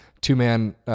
Two-man